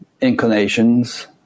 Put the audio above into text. inclinations